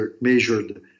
measured